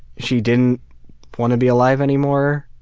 she didn't want to be alive anymore